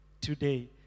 today